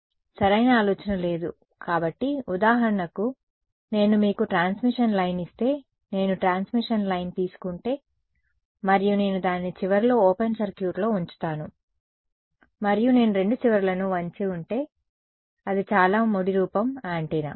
సరైన ఆలోచన లేదు కాబట్టి ఉదాహరణకు నేను మీకు ట్రాన్స్మిషన్ లైన్ ఇస్తే నేను ట్రాన్స్మిషన్ లైన్ తీసుకుంటే మరియు నేను దానిని చివరలో ఓపెన్ సర్క్యూట్లో ఉంచుతాను మరియు నేను రెండు చివరలను వంచి ఉంటే అది చాలా ముడి రూపం యాంటెన్నా